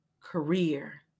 career